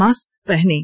mask पहनें